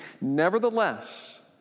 Nevertheless